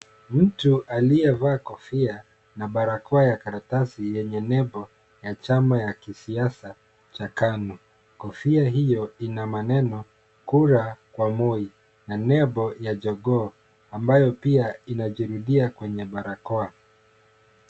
Mtu aliyevaa kofia na barakoa ya karatasi yenye nembo ya chama ya kisiasa cha KANU, kofia hiyo ina maneno kura kwa Moi na nembo ya jogoo ambayo pia inajirudia kwenye barakoa.